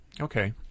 Okay